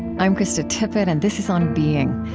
i'm krista tippett, and this is on being.